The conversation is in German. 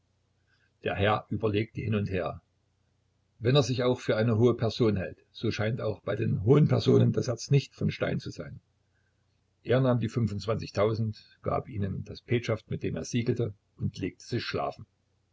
der herr überlegt hin und her wenn er sich auch für eine hohe person hält so scheint auch bei den hohen personen das herz nicht von stein zu sein er nahm die fünfundzwanzigtausend gab ihnen das petschaft mit dem er siegelte und legte sich schlafen